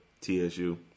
TSU